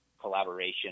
collaboration